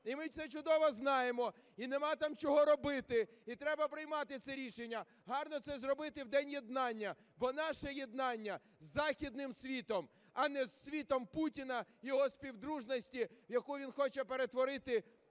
І ми це чудово знаємо і немає там чого робити, і треба приймати це рішення. Гарно це зробити в День єднання, бо наше єднання з західним світом, а не з світом Путіна, його співдружністю, яку він хоче перетворити